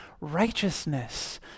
righteousness